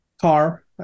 car